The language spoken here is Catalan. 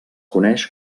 coneix